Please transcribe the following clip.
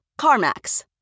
CarMax